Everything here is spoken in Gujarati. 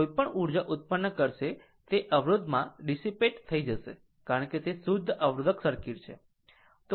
કોઈપણ ઊર્જા ઉત્પન્ન કરશે તે અવરોધમાં ડીસીપેત થઇ જશે કારણ કે તે શુદ્ધ અવરોધક સર્કિટ છે